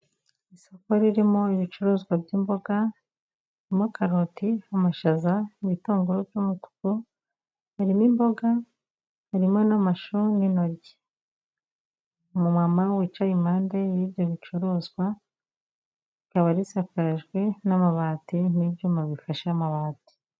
Isoko ririmo ibicuruzwa by'imboga. Harimo karoti, amashaza, ibitunguru by'umutuku, harimo imboga, harimo n'amashu, n'intoryi. Umumama wicaye impande y'ibyo bicuruzwa rikaba risakarajwe n'amabati n'ibyuma bifashe amabati.